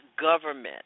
government